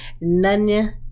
none